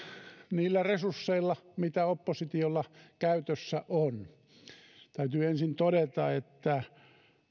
niillä resursseilla mitä oppositiolla käytössä on täytyy ensin todeta että